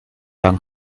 lang